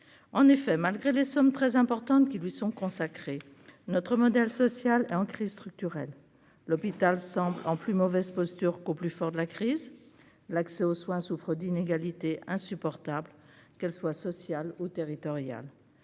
en effet, malgré les sommes très importantes qui lui sont consacrés, notre modèle social est en crise structurelle l'hôpital semble en plus mauvaise posture qu'au plus fort de la crise, l'accès aux soins souffrent d'inégalités insupportables, qu'elles soient sociales ou territoriales,